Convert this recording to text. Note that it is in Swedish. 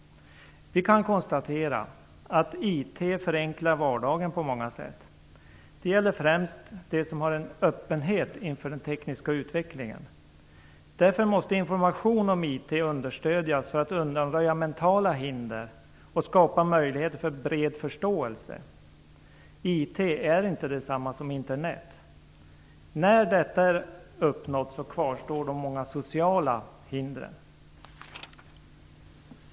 Vi kan konstatera att IT förenklar vardagen på många sätt, främst för dem som har en öppenhet inför den tekniska utvecklingen. Därför måste information om IT understödjas så att man undanröjer mentala hinder och skapar möjlighet för bred förståelse. IT är inte detsamma som Internet. När detta är uppnått kvarstår de många sociala hindren.